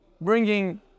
bringing